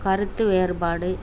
கருத்து வேறுபாடு